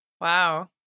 Wow